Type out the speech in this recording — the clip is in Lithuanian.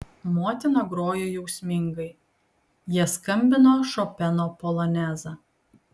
motina grojo jausmingai jie skambino šopeno polonezą